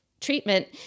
treatment